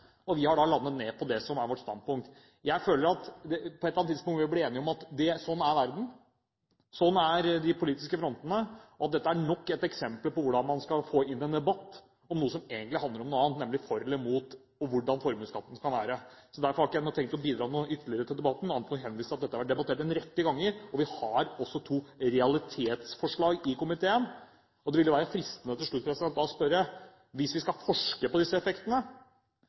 og vi har da landet på det som er vårt standpunkt. Jeg føler at på et eller annet tidspunkt må vi bli enige om at sånn er verden, sånn er de politiske frontene, og dette er nok et eksempel på hvordan man skal få inn en debatt om noe som egentlig handler om noe annet, nemlig for eller imot og hvordan formuesskatten kan være. Derfor har ikke jeg tenkt å bidra ytterligere til debatten, annet enn å henvise til at dette har vært debattert en rekke ganger, og at vi også har to realitetsforslag i komiteen. Det ville være fristende til slutt å spørre: Hvis vi skal forske på disse effektene,